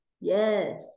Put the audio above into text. Yes